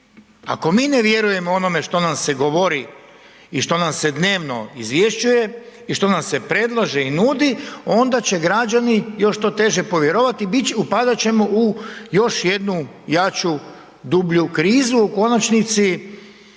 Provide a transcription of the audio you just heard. ako mi ne vjerujemo onome što nam se govori i što nam se dnevno izvješćuje i što nam se predlaže i nudi onda će građani još to teže povjerovati i upadati ćemo u još jednu jaču, dublju krizu u konačnici